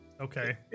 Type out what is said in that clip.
Okay